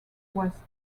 was